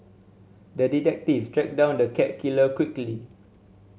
the detective tracked down the cat killer quickly